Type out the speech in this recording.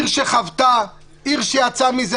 אנחנו עיר שחוותה, עיר שיצאה מזה.